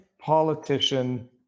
Politician